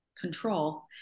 control